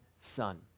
son